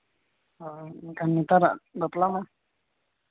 ᱦᱳᱭ ᱱᱮᱛᱟᱨᱟᱜ ᱵᱟᱯᱞᱟ ᱢᱟ